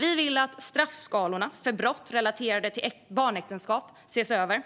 Vi vill att straffskalorna för brott relaterade till barnäktenskap ses över.